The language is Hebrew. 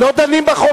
מספיק, לא דנים בחוק.